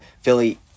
Philly